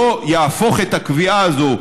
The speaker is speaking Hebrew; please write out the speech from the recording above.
לא יהפוך את הקביעה הזו,